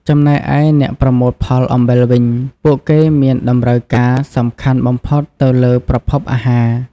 ចំណែកឯអ្នកប្រមូលផលអំបិលវិញ ពួកគេមានតម្រូវការសំខាន់បំផុតទៅលើប្រភពអាហារ។